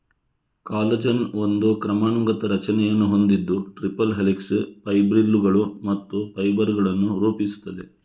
collagen ಒಂದು ಕ್ರಮಾನುಗತ ರಚನೆಯನ್ನು ಹೊಂದಿದ್ದು ಟ್ರಿಪಲ್ ಹೆಲಿಕ್ಸ್, ಫೈಬ್ರಿಲ್ಲುಗಳು ಮತ್ತು ಫೈಬರ್ ಗಳನ್ನು ರೂಪಿಸುತ್ತದೆ